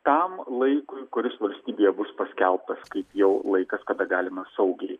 tam laikui kuris valstybėje bus paskelbtas kaip jau laikas kada galima saugiai